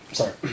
Sorry